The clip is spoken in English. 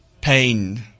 pain